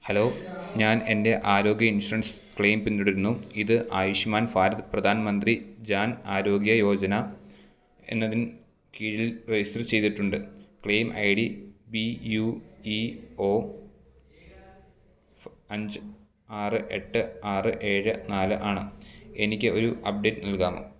hello ഞാൻ എന്റെ ആരോഗ്യ ഇൻഷുറൻസ് ക്ലെയിം പിന്തുടരുന്നു ഇത് ആയുഷ്മാൻ ഭാരത് പ്രധാൻ മന്ത്രി ജന് ആരോഗ്യ യോജന എന്നതിന് കീഴിൽ രജിസ്റ്റർ ചെയ്തിട്ടുണ്ട് claim I D B U E O അഞ്ച് ആറ് എട്ട് ആറ് ഏഴ് നാല് ആണ് എനിക്ക് ഒരു അപ്ഡേറ്റ് നൽകാമോ